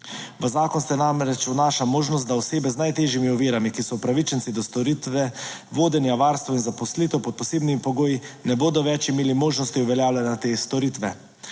V zakon se namreč vnaša možnost, da osebe z najtežjimi ovirami, ki so upravičenci do storitve vodenja, varstva in zaposlitev pod posebnimi pogoji ne bodo več imeli možnosti uveljavljanja te storitve.